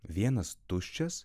vienas tuščias